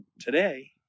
today